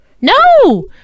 No